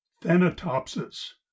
Thanatopsis